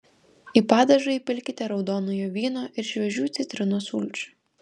į padažą įpilkite raudonojo vyno ir šviežių citrinos sulčių